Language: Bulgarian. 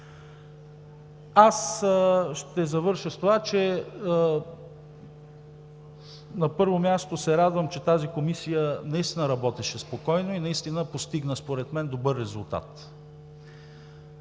Ще завърша с това, че, на първо място, радвам се, че тази комисия наистина работеше спокойно и постигна според мен добър резултат.